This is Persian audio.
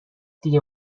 دیگه